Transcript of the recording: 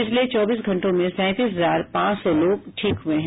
पिछले चौबीस घंटों में सैंतीस हजार पांच सौ लोग ठीक हुए हैं